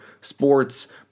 sports